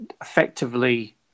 Effectively